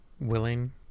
willing